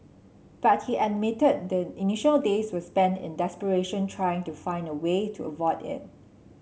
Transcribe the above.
but he admitted the initial days were spent in desperation trying to find a way to avoid it